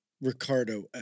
Ricardo